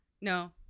No